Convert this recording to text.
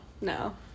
no